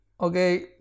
Okay